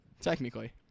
Technically